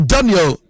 Daniel